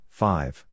five